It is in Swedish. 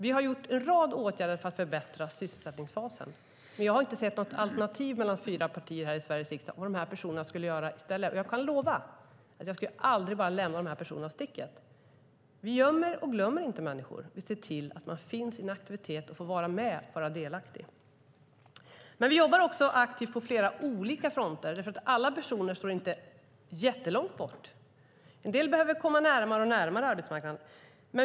Vi har gjort en rad åtgärder för att förbättra sysselsättningsfasen, men jag har inte sett något alternativ hos fyra partier här i Sveriges riksdag när det gäller vad de här personerna skulle göra i stället. Jag kan lova att jag aldrig bara skulle lämna dem i sticket. Vi gömmer och glömmer inte människor. Vi ser till att de finns i en aktivitet och får vara med och vara delaktiga. Men vi jobbar också aktivt på flera olika fronter därför att alla personer inte står jättelångt bort. En del behöver komma närmare arbetsmarknaden.